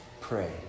Pray